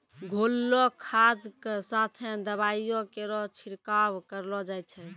घोललो खाद क साथें दवाइयो केरो छिड़काव करलो जाय छै?